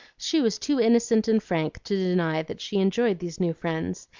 she was too innocent and frank to deny that she enjoyed these new friends,